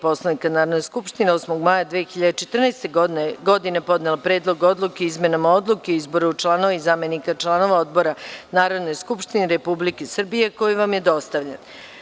Poslovnika Narodne skupštine, 8. maja. godine, podnela Predlog odluke o dopunama Odluke o izboru članova i zamenika članova odbora Narodne skupštine Republike Srbije, koji vam je dostavljen.